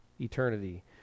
eternity